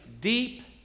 deep